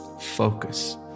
focus